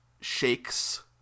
shakes